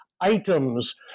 items